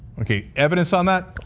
okay, evidence on that?